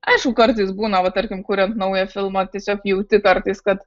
aišku kartais būna va tarkim kuriant naują filmą tiesiog jauti kartais kad